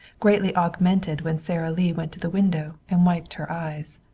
greatly augmented when sara lee went to the window and wiped her eyes.